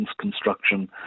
construction